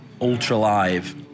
ultra-live